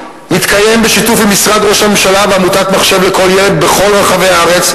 מתקיים בשיתוף עם משרד ראש הממשלה ועמותת "מחשב לכל ילד" בכל רחבי הארץ.